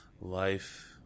Life